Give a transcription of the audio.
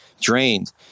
drained